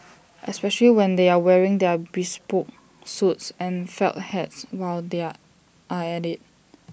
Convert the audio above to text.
especially when they are wearing their bespoke suits and felt hats while they are at IT